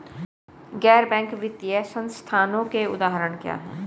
गैर बैंक वित्तीय संस्थानों के उदाहरण क्या हैं?